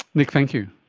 nick, thank you.